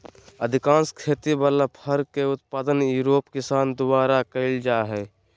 अधिकांश खेती वला फर के उत्पादन यूरोप किसान द्वारा कइल जा हइ